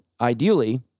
ideally